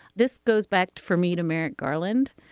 this goes back for me to merrick garland,